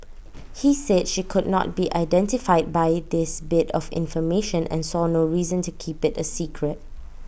he said she could not be identified by this bit of information and saw no reason to keep IT secret